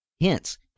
Hence